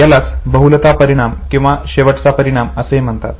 यालाच बहुलता परिणाम किंवा शेवटीचा परिणाम असेही म्हणतात